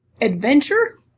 adventure